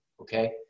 okay